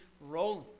rolling